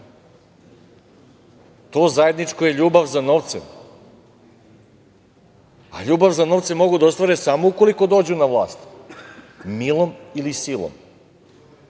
To zajedničko je ljubav za novcem, a ljubav za novcem mogu da ostvare samo ukoliko dođu na vlast, milom ili silom.